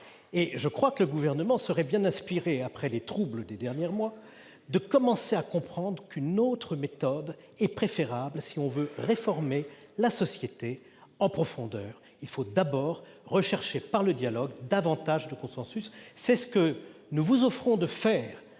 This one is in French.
de justice. Le Gouvernement serait bien inspiré, après les troubles des derniers mois, de commencer à comprendre qu'adopter une autre méthode est préférable si l'on veut réformer la société en profondeur. Il faut d'abord rechercher, par le dialogue, davantage de consensus : c'est ce que nous vous offrons de faire